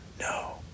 No